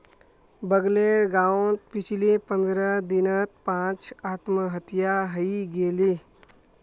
बगलेर गांउत पिछले पंद्रह दिनत पांच आत्महत्या हइ गेले